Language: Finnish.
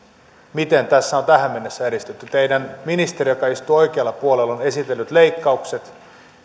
miten tässä on tähän mennessä edistytty teidän ministerinne joka istuu oikealla puolellanne on esitellyt leikkaukset